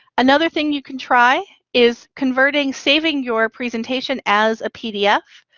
another thing you can try is converting, saving your presentation as a pdf.